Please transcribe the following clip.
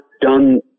done